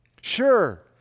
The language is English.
Sure